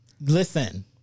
listen